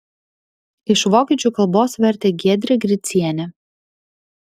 iš vokiečių kalbos vertė giedrė gricienė